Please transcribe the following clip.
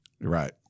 Right